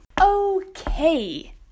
Okay